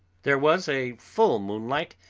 there was a full moonlight,